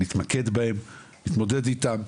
נתמקד בהם, נתמודד איתן.